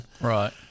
Right